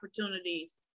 opportunities